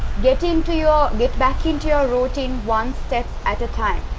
get into your, get back into your routine one step at a time.